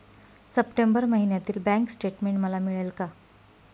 September महिन्यातील bank statement मला मिळेल का?